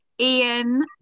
Ian